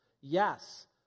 Yes